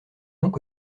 donc